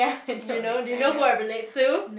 you know do you know who I relate to